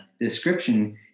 description